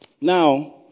Now